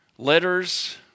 Letters